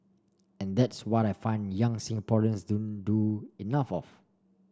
and that's what I find young Singaporeans don't do enough of